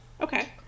Okay